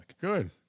good